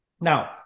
Now